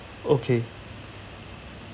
okay